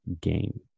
game